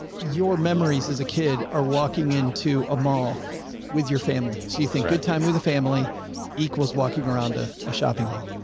your memories as a kid or walking into a mall with your family. so you think good time with a family equals walking around to a shopping mall.